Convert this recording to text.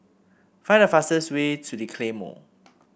find the fastest way to The Claymore